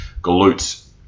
glutes